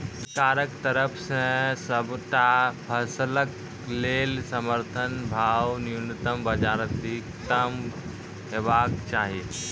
सरकारक तरफ सॅ सबटा फसलक लेल समर्थन भाव न्यूनतमक बजाय अधिकतम हेवाक चाही?